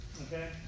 Okay